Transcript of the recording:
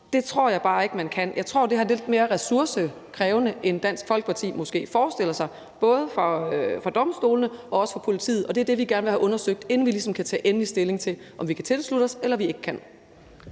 Det tror jeg bare ikke man kan. Jeg tror, det her er lidt mere ressourcekrævende, end Dansk Folkeparti måske forestiller sig, både for domstolene og for politiet. Og det er det, vi gerne vil have undersøgt, inden vi ligesom kan tage endelig stilling til, om vi kan tilslutte os det eller vi ikke kan.